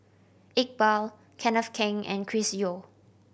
Iqbal Kenneth Keng and Chris Yeo